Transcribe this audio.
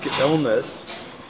illness